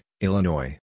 Illinois